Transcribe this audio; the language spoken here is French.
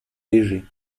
léger